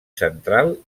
central